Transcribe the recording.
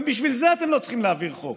גם בשביל זה אתם לא צריכים להעביר חוק.